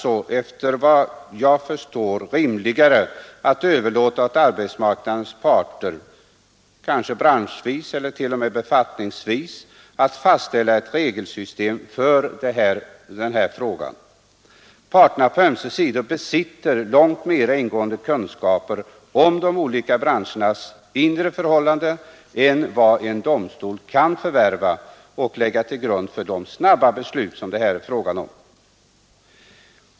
Det förefaller alltså rimligare att överlåta åt arbetsmarknadens parter, kanske branschvis eller t.o.m. befattningsvis, att fastställa ett regelsystem för denna fråga. Parterna på ömse sidor besitter långt mera ingående kunskaper om de olika branschernas inre förhållanden än vad en domstol kan förvärva och lägga till grund för det snabba beslut det här skulle bli fråga om.